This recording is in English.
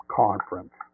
conference